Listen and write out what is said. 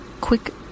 Quick